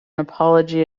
apology